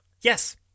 Yes